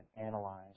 analyze